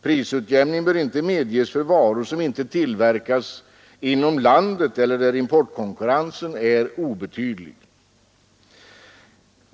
Prisutjämning bör inte medges för varor som inte tillverkas inom landet eller när importkonkurrensen är obetydlig.